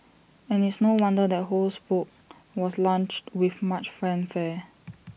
and it's no wonder that Ho's book was launched with much fanfare